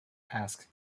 asked